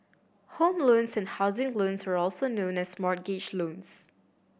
home loans and housing loans are also known as mortgage loans